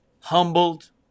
humbled